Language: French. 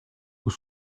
pour